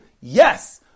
Yes